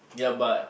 yup but